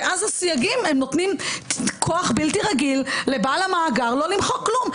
ואז הסייגים הם נותנים כוח בלתי רגיל לבעל המאגר לא למחוק כלום,